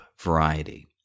variety